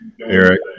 Eric